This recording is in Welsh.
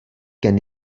gen